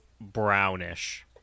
brownish